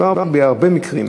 מדובר בהרבה מקרים.